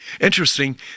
Interesting